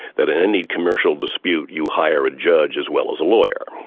that in any commercial dispute you hire a judge as well as a lawyer.